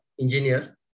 engineer